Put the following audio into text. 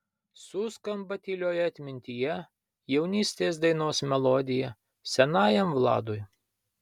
suskamba tylioje atmintyje jaunystės dainos melodija senajam vladui